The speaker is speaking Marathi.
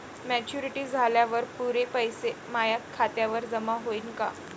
मॅच्युरिटी झाल्यावर पुरे पैसे माया खात्यावर जमा होईन का?